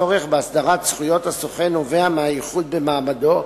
הצורך בהסדרת זכויות הסוכן נובע מהייחוד במעמדו,